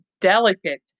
delicate